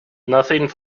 nothing